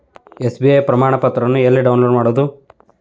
SBI ಪ್ರಮಾಣಪತ್ರವನ್ನ ಎಲ್ಲೆ download ಮಾಡೊದು?